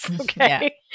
okay